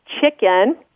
chicken